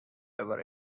ever